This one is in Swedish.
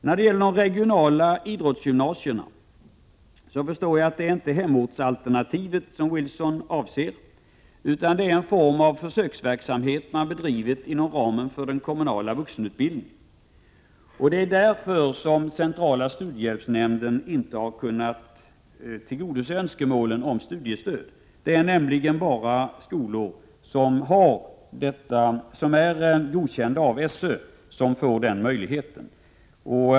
När det gäller de regionala idrottsgymnasierna förstår jag att det inte är hemortsalternativet Carl-Johan Wilson avser, utan en form av försöksverksamhet som bedrivits inom ramen för den kommunala vuxenutbildningen. Det är därför centrala studiestödsnämnden inte kunnat tillgodose önskemålen om studiestöd. Det är bara för skolor som godkänts av SÖ som studiestöd kan beviljas.